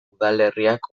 udalerriak